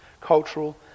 cultural